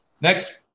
next